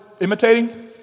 imitating